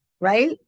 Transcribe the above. right